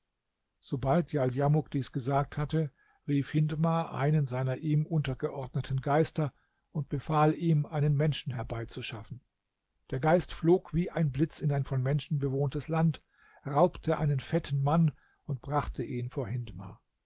sobald djaldjamuk dies gesagt hatte rief hindmar einen seiner ihm untergeordneten geister und befahl ihm einen menschen herbeizuschaffen der geist flog wie ein blitz in ein von menschen bewohntes land raubte einen fetten mann und brachte ihn vor hindmar